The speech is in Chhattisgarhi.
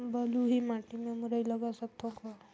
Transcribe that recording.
बलुही माटी मे मुरई लगा सकथव का?